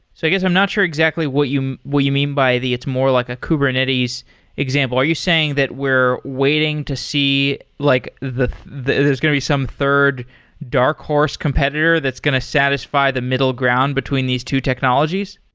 so, i guess i'm not sure exactly what you what you mean by the it's more like a kubernetes example. are you saying that we're waiting to see like the there's there's going to be some third dark horse competitor that's going to satisfy the middle ground between these two technologies?